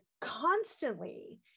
constantly